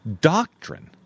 doctrine